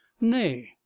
nay